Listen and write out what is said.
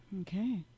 Okay